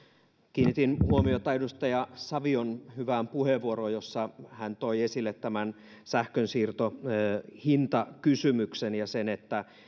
kiinnitin huomiota edustaja savion hyvään puheenvuoroon jossa hän toi esille tämän sähkönsiirtohintakysymyksen ja sen että